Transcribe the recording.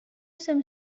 some